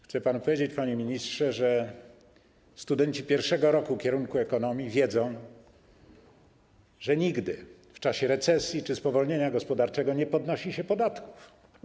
Chcę panu powiedzieć, panie ministrze, że studenci pierwszego roku ekonomii wiedzą, że nigdy w czasie recesji czy spowolnienia gospodarczego nie podnosi się podatków.